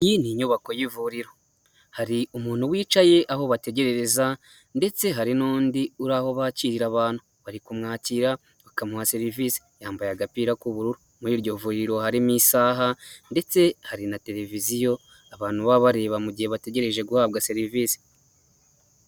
Iyi ni nyubako y'ivuriro, hari umuntu wicaye aho bategerereza ndetse hari n'undi uri aho bakira abantu, bari kumwakira bakamuha serivisi, yambaye agapira k'ubururu, muri iryo vuriro harimo isaha ndetse hari na televiziyo abantu baba bareba mu gihe bategereje guhabwa serivisi.